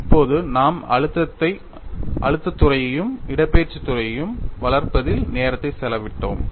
இப்போது நாம் அழுத்தத் துறையையும் இடப்பெயர்ச்சி துறையையும் வளர்ப்பதில் நேரத்தை செலவிட்டோம்